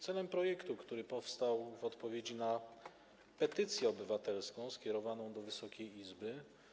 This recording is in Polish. Celem projektu, który powstał w odpowiedzi na petycję obywatelską skierowaną do Wysokiej Izby.